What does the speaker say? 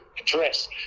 address